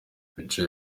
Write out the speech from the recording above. bicaye